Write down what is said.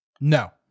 No